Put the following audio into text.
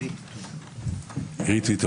אירית טויטו,